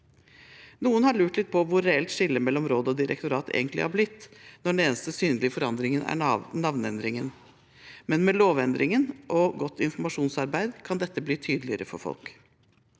Noen har lurt litt på hvor reelt skillet mellom råd og direktorat egentlig har blitt når den eneste synlige forandringen er navneendringen, men med lovendringen og godt informasjonsarbeid kan dette bli tydeligere for folk.